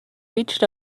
reached